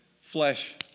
flesh